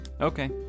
okay